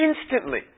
Instantly